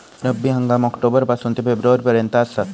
रब्बी हंगाम ऑक्टोबर पासून ते फेब्रुवारी पर्यंत आसात